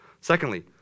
Secondly